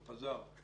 הוא חזר.